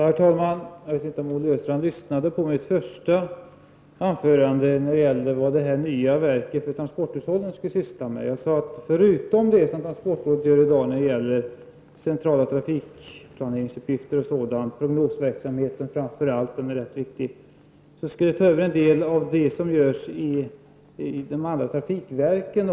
Herr talman! Jag vet inte om Olle Östrand lyssnade till mitt första anförande där jag talade om vad det nya verket för transporthushållning skulle syssla med. Förutom de uppgifter som transportrådet har i dag — uppgifter för central trafikplanering, och framför allt den rätt viktiga prognosverksamheten — skulle myndigheten ta över en del uppgifter av liknande art som utförs av de andra trafikverken.